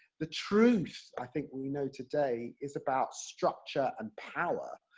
the truth, i think we know today, is about structure and power,